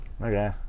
Okay